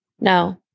No